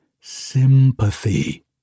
sympathy